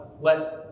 let